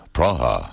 Praha